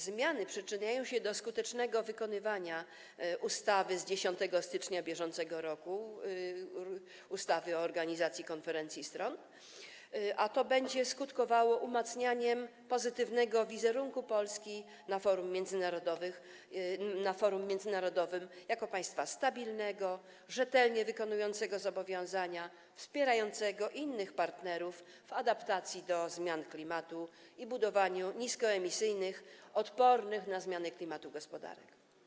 Zmiany przyczyniają się do skutecznego wykonywania ustawy z dnia 10 stycznia br., ustawy o organizacji Konferencji Stron, a to będzie skutkowało umacnianiem pozytywnego wizerunku Polski na forum międzynarodowym jako państwa stabilnego, rzetelnie wykonującego zobowiązania, wspierającego innych partnerów w adaptacji do zmian klimatu i budowaniu niskoemisyjnych, odpornych na zmiany klimatu gospodarek.